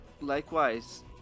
Likewise